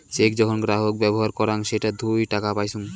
check যখন গ্রাহক ব্যবহার করাং সেটা থুই টাকা পাইচুঙ